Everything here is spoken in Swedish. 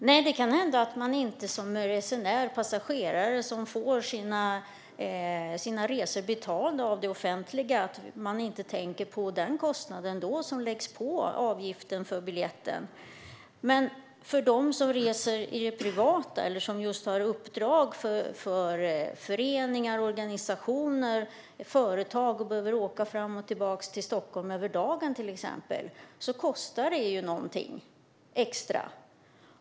Nej, det kan hända att man som resenär eller passagerare som får sina resor betalda av det offentliga inte tänker på den kostnad som läggs på avgiften för biljetten, men för dem som reser i det privata eller som har uppdrag för föreningar, organisationer eller företag och behöver åka fram och tillbaka till Stockholm över dagen till exempel kostar det något extra.